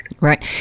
Right